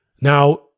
Now